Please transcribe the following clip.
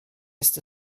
ist